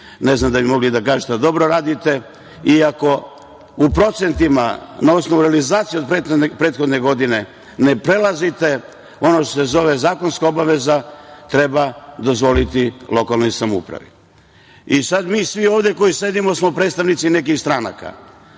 ili da bi mogli da kažete da dobro radite ili ako u procentima na osnovu realizacije u prethodnoj godini ne prelazite ono što se zakonska obaveza treba dozvoliti lokalnoj samoupravi. Sada, svi mi koji smo ovde smo predstavnici nekih stranaka.